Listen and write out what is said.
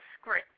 script